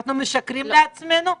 אנחנו משקרים לעצמנו.